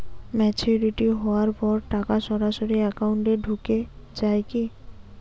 Maturity হওয়ার পর টাকা সরাসরি একাউন্ট এ ঢুকে য়ায় কি?